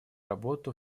работу